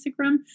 Instagram